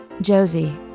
Josie